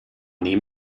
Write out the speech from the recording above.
nehm